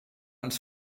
als